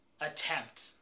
attempt